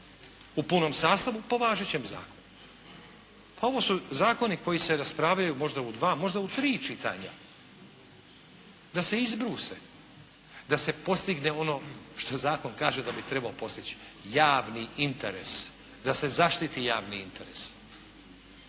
u punom sastavu po važećem zakonu. Pa ovo su zakoni koji se raspravljaju možda u dva, možda u tri čitanja, da se izbruse, da se postigne ono što zakon kaže da bi trebao postići javni interes, da se zaštiti javni interes,